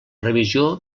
revisió